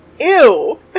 Ew